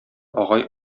агай